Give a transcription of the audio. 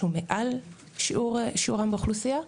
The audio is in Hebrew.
שהוא מעל שיעורם באוכלוסיה,